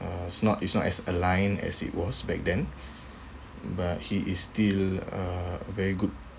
uh it's not it's not as aligned as it was back then but he is still a very good